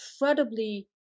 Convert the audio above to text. incredibly